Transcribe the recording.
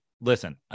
listen